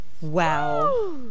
Wow